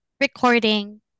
recording